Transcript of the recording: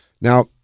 Now